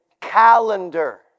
calendar